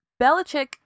Belichick